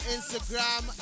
Instagram